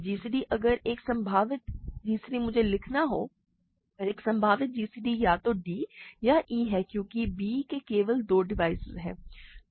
gcd अगर एक संभावित gcd मुझे लिखना हो एक संभावित gcd या तो d या e है क्योंकि b के केवल 2 डिवाइज़र हैं